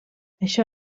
això